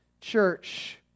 church